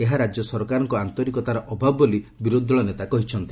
ଏହା ରାଜ୍ୟ ସରକାରଙ୍କ ଆନ୍ତରିକତାର ଅଭାବ ବୋଲି ବିରୋଧୀ ଦଳ ନେତା କହିଛନ୍ତି